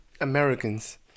Americans